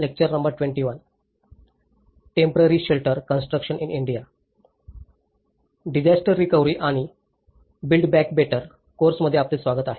disaster recovery आणि build back better course मध्ये आपले स्वागत आहे